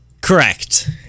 Correct